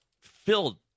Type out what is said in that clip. filled